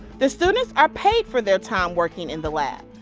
the students are paid for their time working in the lab.